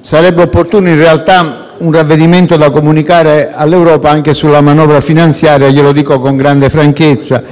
Sarebbe opportuno in realtà un ravvedimento da comunicare all'Europa anche sulla manovra finanziaria, glielo dico con grande franchezza;